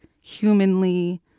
humanly